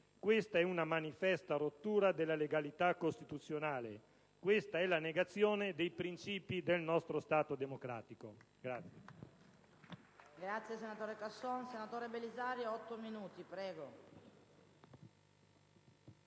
Questa è una manifesta rottura della legalità costituzionale. È la negazione dei principi del nostro Stato democratico.